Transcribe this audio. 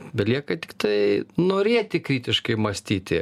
belieka tiktai norėti kritiškai mąstyti